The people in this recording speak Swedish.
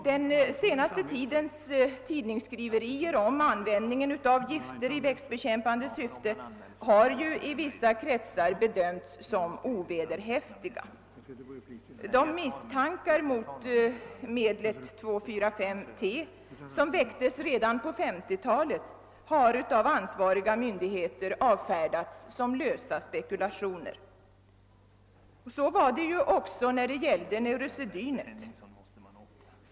Den senaste tidens tidningsskriverier om användningen av gifter i växtbekämpande syfte har i vissa kretsar bedömts som ovederhäftiga. De misstankar mot växtgiftmedlet 2, 4, 5 T som väcktes redan på 1950-talet har av ansvariga myndigheter avfärdats som lösa spekulationer. Så var det ju också när det gällde neurosedynet.